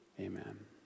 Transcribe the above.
Amen